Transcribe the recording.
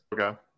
Okay